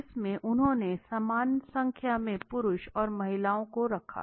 इसमे उन्होंने समान संख्या में पुरुष और महिलाओं को रखा